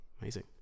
Amazing